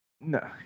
No